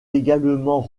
également